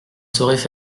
sauraient